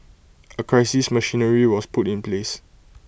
A crisis machinery was put in place